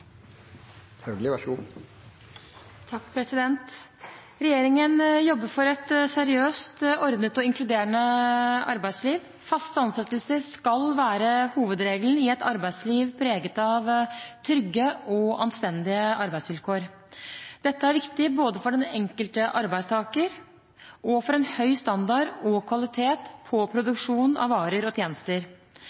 Regjeringen jobber for et seriøst, ordnet og inkluderende arbeidsliv. Faste ansettelser skal være hovedregelen i et arbeidsliv preget av trygge og anstendige arbeidsvilkår. Dette er viktig både for den enkelte arbeidstaker og for en høy standard og kvalitet på produksjon av varer og tjenester.